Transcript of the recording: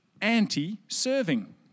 anti-serving